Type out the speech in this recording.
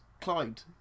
Clyde